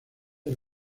del